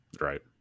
Right